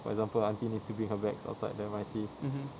for example aunty needs to bring her bags outside the M_R_T